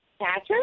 patrick